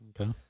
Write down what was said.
Okay